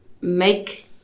make